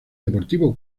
deportivo